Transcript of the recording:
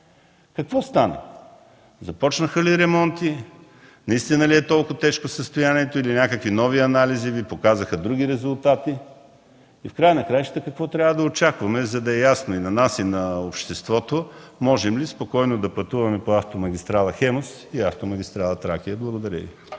Какво стана? Започнаха ли ремонти? Наистина ли е толкова тежко състоянието или някакви нови анализи Ви показаха други резултати? И в края на краищата какво трябва да очакваме, за да е ясно на нас и на обществото можем ли спокойно да пътуваме по автомагистрала „Хемус” и автомагистрала „Тракия”? Благодаря Ви.